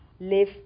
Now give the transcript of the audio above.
Live